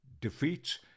defeats